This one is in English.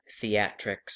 theatrics